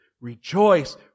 rejoice